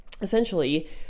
Essentially